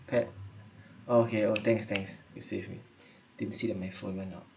pet okay oh thanks thanks you save me didn't see that my phone run out